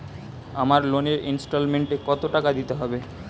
আমার লোনের ইনস্টলমেন্টৈ কত টাকা দিতে হবে?